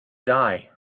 die